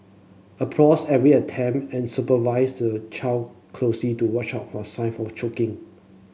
applause every attempt and supervise the child closely to watch out for sign for choking